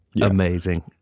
Amazing